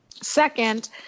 Second